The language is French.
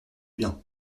bien